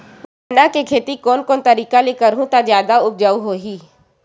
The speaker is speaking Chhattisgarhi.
गन्ना के खेती कोन कोन तरीका ले करहु त जादा उपजाऊ होही?